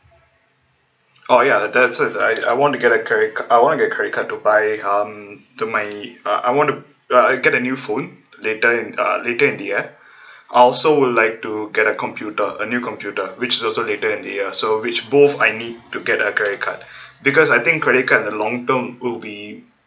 oh ya that's said I I want to get a credit I want to get a credit card to buy um to my uh I want to uh get a new phone later uh later in the year I also would like to get a computer a new computer which also later in the year so which both I need to get a credit card because I think credit card in the long term will be